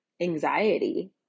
anxiety